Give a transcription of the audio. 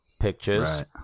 pictures